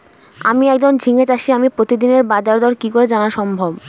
আমি একজন ঝিঙে চাষী আমি প্রতিদিনের বাজারদর কি করে জানা সম্ভব?